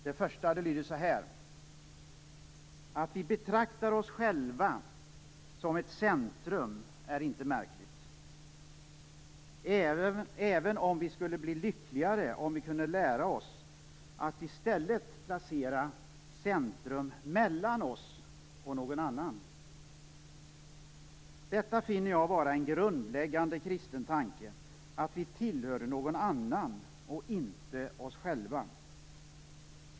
Det första lyder: Att vi betraktar oss själva som ett centrum är inte märkligt, även om vi skulle bli lyckligare om vi kunde lära oss att i stället placera centrum mellan oss och någon annan. Detta finner jag vara en grundläggande kristen tanke, att vi tillhör någon annan och inte oss själva.